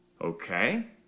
Okay